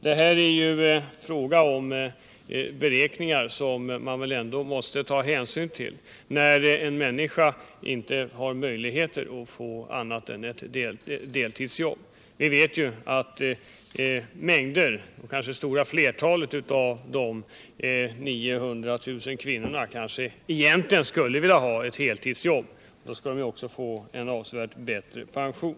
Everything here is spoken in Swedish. Det är fråga om beräkningar som man väl ändå måste ta hänsyn till, när en människa inte har möjlighet till annat än ett deltidsjobb. Vi vet ju att många — kanske det stora flertalet — av de 900 000 kvinnorna egentligen skulle vilja ha ett heltidsjobb för att därigenom få en avsevärt bättre pension.